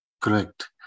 Correct